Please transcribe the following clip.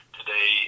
today